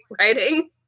writing